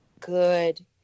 good